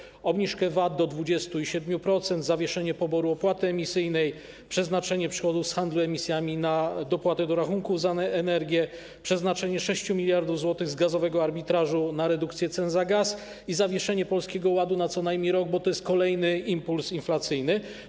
Proponujemy obniżkę VAT do 20% i do 7%, zawieszenie poboru opłaty emisyjnej, przeznaczenie przychodów z handlu emisjami na dopłatę do rachunku za energię, przeznaczenie 6 mld zł z gazowego arbitrażu na redukcję cen za gaz i zawieszenie Polskiego Ładu na co najmniej rok, bo to jest kolejny impuls inflacyjny.